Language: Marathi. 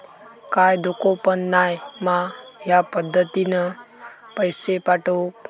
काय धोको पन नाय मा ह्या पद्धतीनं पैसे पाठउक?